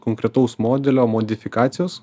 konkretaus modelio modifikacijos